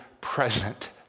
present